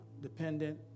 dependent